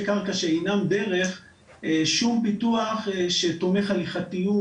קרקע שאינם דרך שום פיתוח שתומך הליכתיות,